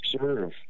serve